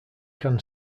can